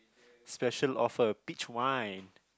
special offer peach wine